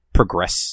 progress